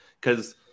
Because-